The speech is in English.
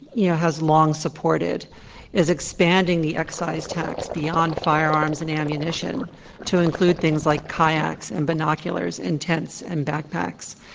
you know, has long supported is expanding expanding the excise tax beyond firearms and ammunition to include things like kayaks and binoculars and tents and backpacks.